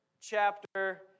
chapter